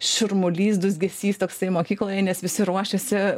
šurmulys dūzgesys toksai mokykloje nes visi ruošiasi